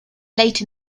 late